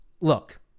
Look